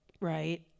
right